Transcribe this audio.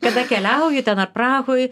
kada keliauju ten ar prahoj